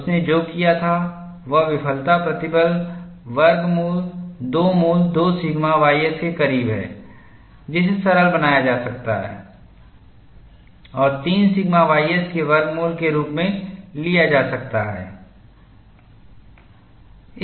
उसने जो किया था वह विफलता प्रतिबल वर्गमूल 2 मूल 2 सिग्मा ys के करीब है जिसे सरल बनाया जा सकता है और 3 सिग्मा ys के वर्गमूल के रूप में लिया जा सकता है